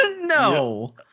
No